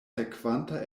sekvanta